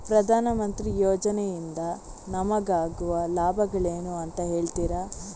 ಪ್ರಧಾನಮಂತ್ರಿ ಯೋಜನೆ ಇಂದ ನಮಗಾಗುವ ಲಾಭಗಳೇನು ಅಂತ ಹೇಳ್ತೀರಾ?